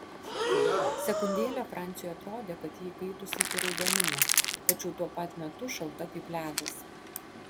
sekundėlę franciui atrodė kad ji įkaitusi iki raudonumo tačiau tuo pat metu šalta kaip ledas